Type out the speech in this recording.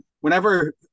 whenever